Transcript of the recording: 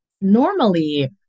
normally